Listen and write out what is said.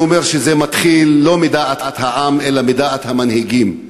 אני אומר שזה מתחיל לא מדעת העם אלא מדעת המנהיגים.